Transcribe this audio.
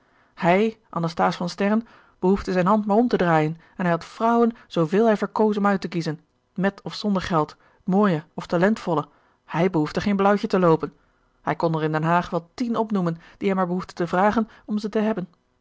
hij anasthase van sterren behoefde zijne hand maar om te draaien en hij had vrouwen zooveel hij verkoos om uit te kiezen met of zonder geld mooie of talentvolle hij behoefde geen blauwtje te loopen hij kon er in den haag wel tien opnoemen die hij maar behoefde te vragen om ze te hebben